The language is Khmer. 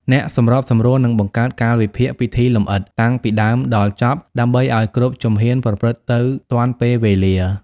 អ្នកសម្របសម្រួលនឹង បង្កើតកាលវិភាគពិធីលម្អិត តាំងពីដើមដល់ចប់ ដើម្បីឱ្យគ្រប់ជំហានប្រព្រឹត្តទៅទាន់ពេលវេលា។